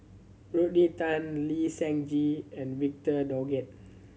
Rodney Tan Lee Seng Gee and Victor Doggett